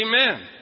Amen